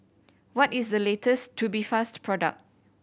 what is the latest Tubifast product